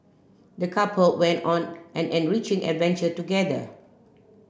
the couple went on an enriching adventure together